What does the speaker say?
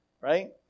right